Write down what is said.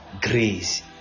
grace